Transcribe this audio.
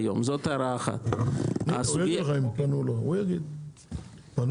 אז ראשי הערים ישקיעו היכן שהציבור